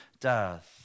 death